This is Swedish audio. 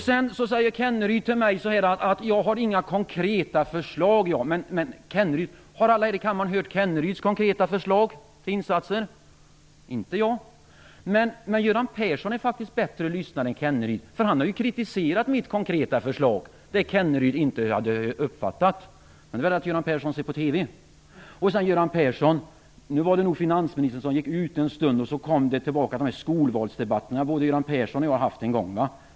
Sedan säger Rolf Kenneryd att jag inte har några konkreta förslag. Men har alla här i kammaren hört Rolf Kenneryds konkreta förslag till insatser? Det har inte jag. Men Göran Persson är faktiskt en bättre lyssnare än Rolf Kenneryd, för han har ju kritiserat mitt konkreta förslag som Rolf Kenneryd inte har uppfattat. Men det beror väl på att Göran Persson tittar på TV. Nu var det nog så att Göran Persson inte agerade som finansminister en stund utan återgick till de skolvalsdebatter som både han och jag förde en gång.